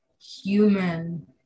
human